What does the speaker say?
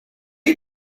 you